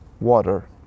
water